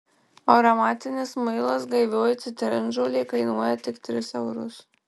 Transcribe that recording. aromatinis muilas gaivioji citrinžolė kainuoja tik tris eurus